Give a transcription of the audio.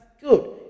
good